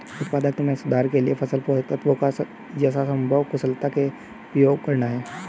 उत्पादकता में सुधार के लिए फसल पोषक तत्वों का यथासंभव कुशलता से उपयोग करना है